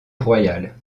royal